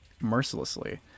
mercilessly